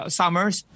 summers